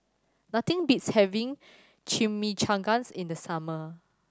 nothing beats having Chimichangas in the summer